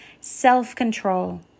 self-control